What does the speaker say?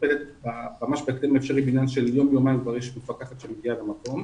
מטופלת ממש בהקדם האפשרי ואחרי יום-יומיים כבר יש מפקחת שמגיעה למקום.